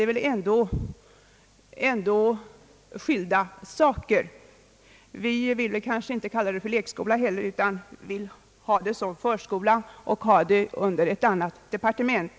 Detta är väl ändå skilda saker. Vi vill kanske inte heller kalla denna form för lekskola utan snarare förskola och då lägga frågan under ett annat departement.